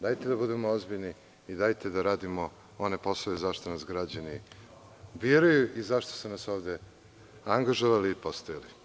Dajte da budemo ozbiljni i dajte da radimo one poslove zašta nas građani biraju i zašto su nas ovde angažovali i postavili.